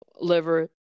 liver